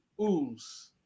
ooze